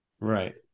right